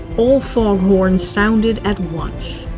all foghorns sounded at once.